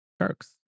Turks